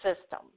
system